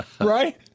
right